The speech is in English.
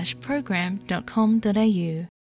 program.com.au